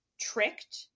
tricked